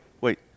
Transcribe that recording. wait